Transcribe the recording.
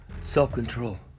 Self-control